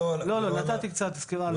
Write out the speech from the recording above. לא, לא, נתתי קצת סקירה.